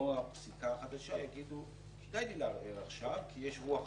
לאור הפסיקה החדשה יגידו: כדאי לנו לערער עכשיו כי יש רוח חדשה,